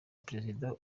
perezida